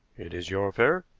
it is your affair,